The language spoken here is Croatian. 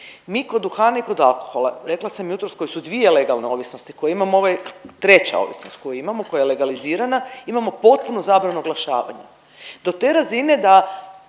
Ni kod duhana, ni kod alkohola rekla sam jutros koje su dvije legalne ovisnosti koje imamo ovo je treća ovisnost koju imamo koja je legalizirana imamo potpunu zabranu oglašavanja do te razine da